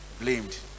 blamed